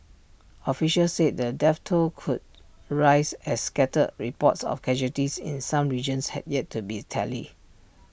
officials said the death toll could rise as scattered reports of casualties in some regions had yet to be tallied